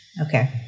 Okay